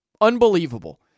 Unbelievable